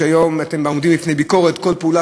היום אתם עומדים בפני ביקורת: כל פעולה